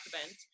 event